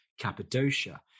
Cappadocia